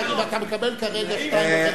אתה מקבל כרגע שתי דקות וחצי.